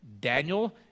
Daniel